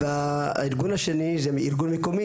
והארגון השני זה ארגון מקומי,